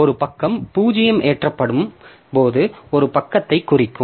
ஒரு பக்கம் 0 ஏற்றப்படும் போது ஒரு பக்கத்தைக் குறிக்கும்